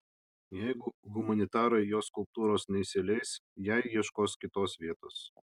jeigu humanitarai jo skulptūros neįsileis jai ieškos kitos vietos